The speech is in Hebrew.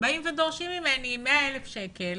באים ודורשים ממני 100,000 שקלים